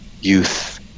youth